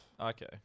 Okay